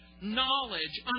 knowledge